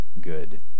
good